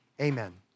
amen